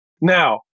Now